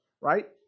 right